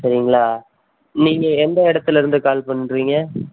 சரிங்களா நீங்கள் எந்த இடத்துலேருந்து கால் பண்ணுறீங்க